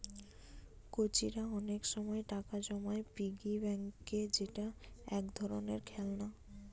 কচিরা অনেক সময় টাকা জমায় পিগি ব্যাংকে যেটা এক ধরণের খেলনা